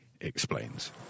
explains